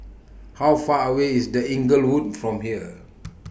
How Far away IS The Inglewood from here